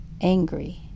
angry